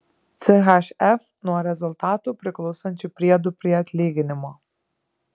chf nuo rezultatų priklausančių priedų prie atlyginimo